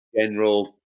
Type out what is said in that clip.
general